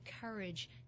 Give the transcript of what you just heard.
courage